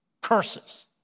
curses